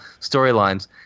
storylines